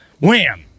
wham